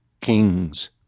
Kings